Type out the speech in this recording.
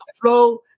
flow